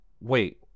Wait